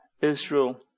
Israel